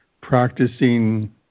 practicing